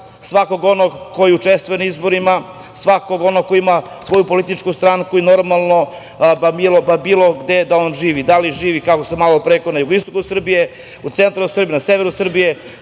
svakog onog koji učestvuje na izborima, svakog onog koji ima svoju političku stranku i normalno bilo gde da on živi, da li živi, kako sam malopre rekao, na jugoistoku Srbije, u centralnoj Srbiji, na severu Srbije,